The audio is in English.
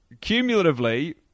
Cumulatively